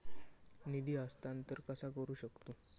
निधी हस्तांतर कसा करू शकतू?